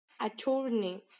attorney